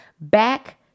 back